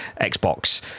Xbox